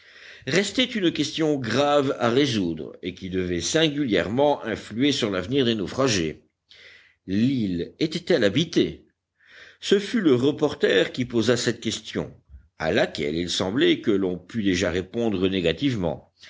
restait une question grave à résoudre et qui devait singulièrement influer sur l'avenir des naufragés l'île était-elle habitée ce fut le reporter qui posa cette question à laquelle il semblait que l'on pût déjà répondre négativement